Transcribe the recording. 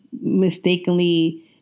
mistakenly